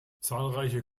zahlreiche